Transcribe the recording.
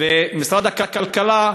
משרד הכלכלה,